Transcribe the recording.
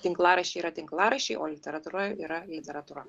tinklaraščiai yra tinklaraščiai o literatūra yra literatūra